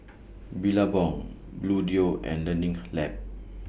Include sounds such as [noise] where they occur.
Billabong Bluedio and Learning [noise] Lab